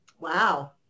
Wow